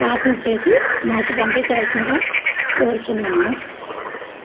parcel చేసి మాకు పంపించవలసిందిగా కోరుతున్నాను